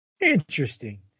interesting